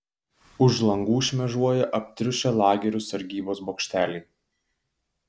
už langų šmėžuoja aptriušę lagerių sargybos bokšteliai